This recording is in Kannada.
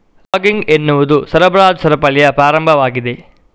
ಲಾಗಿಂಗ್ ಎನ್ನುವುದು ಸರಬರಾಜು ಸರಪಳಿಯ ಪ್ರಾರಂಭವಾಗಿದೆ